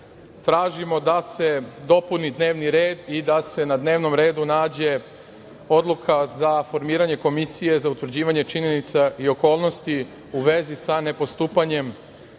tražimo da se dopuni dnevni red i da se na dnevnom redu nađe Odluka za formiranje komisije za utvrđivanje činjenica i okolnosti u vezi sa nepostupanjem